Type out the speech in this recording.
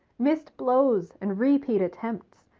missed blows, and repeat attempts!